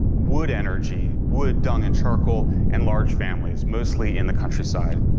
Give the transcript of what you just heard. wood energy, wood, dung and charcoal, and large families, mostly in the countryside.